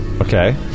Okay